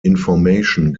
information